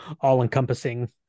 all-encompassing